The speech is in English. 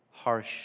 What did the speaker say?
harsh